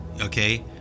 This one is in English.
okay